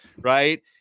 right